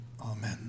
Amen